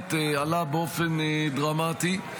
באמת עלה באופן דרמטי,